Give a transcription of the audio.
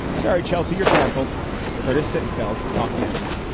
sorry, chelsea, your canceled curtis sittenfeld. up next